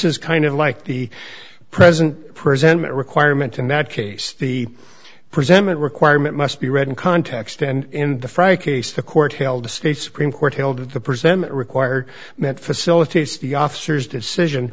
is kind of like the present present requirement in that case the presentment requirement must be read in context and in the fry case the court held a state supreme court held that the present required meant facilitates the officers decision